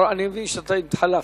אני מבין שאתם התחלפתם,